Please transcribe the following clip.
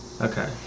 Okay